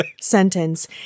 sentence